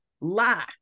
lie